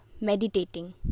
meditating